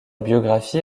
biographie